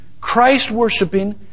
Christ-worshiping